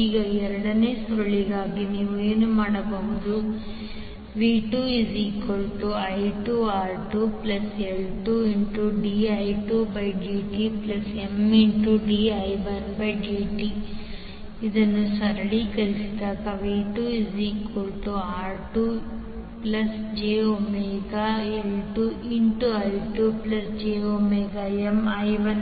ಈಗ ಎರಡನೇ ಸುರುಳಿಗಾಗಿ ನೀವು ಏನು ಬರೆಯಬಹುದು v2i2R2L2di2dtMdi1dtV2R2jωL2I2jωMI1